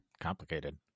complicated